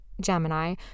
Gemini